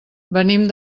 venim